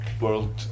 world